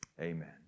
Amen